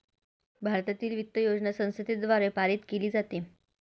भारतातील वित्त योजना संसदेद्वारे पारित केली जाते